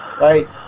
right